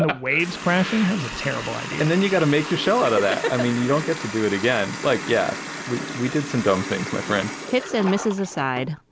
ah waves crashing has a terrible idea and then you got to make your show out of that. i mean, you don't get to do it again. like, yeah, we we did some dumb things my friend hits and misses aside.